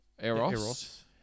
eros